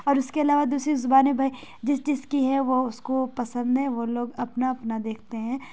اور اس کے علاوہ دوسری زبانیں بھائی جس جس کی ہے وہ اس کو پسند ہے وہ لوگ اپنا اپنا دیکھتے ہیں